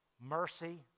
mercy